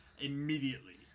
Immediately